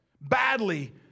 badly